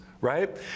Right